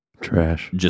Trash